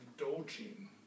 indulging